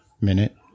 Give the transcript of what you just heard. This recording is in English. Minute